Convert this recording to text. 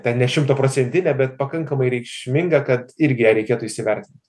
ten ne šimtaprocentinė bet pakankamai reikšminga kad irgi ją reikėtų įsivertint